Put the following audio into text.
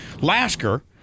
Lasker